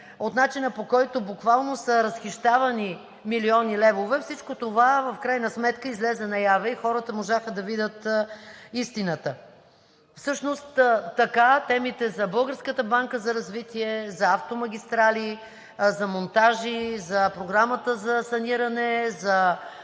от начина, по който буквално са разхищавани милиони левове, всичко това в крайна сметка излезе наяве и хората можаха да видят истината. Всъщност така темите за Българската банка за развитие, за „Автомагистрали“, за „Монтажи“, за Програмата за саниране, за